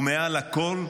ומעל הכול,